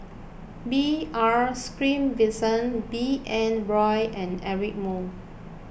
B R Sreenivasan B N Rao and Eric Moo